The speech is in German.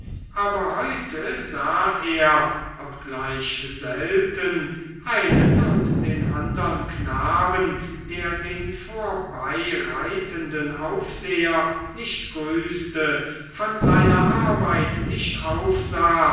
aber heute sah er obgleich selten einen und den andern knaben der den vorbeireitenden aufseher nicht grüßte von seiner arbeit nicht aufsah